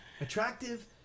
Attractive